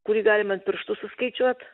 kurį galima ant pirštų suskaičiuot